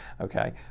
okay